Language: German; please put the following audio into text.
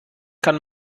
kann